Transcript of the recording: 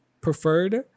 preferred